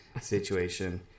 situation